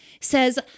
says